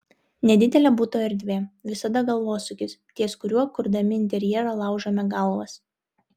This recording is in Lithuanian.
nedidelė buto erdvė visada galvosūkis ties kuriuo kurdami interjerą laužome galvas